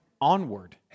onward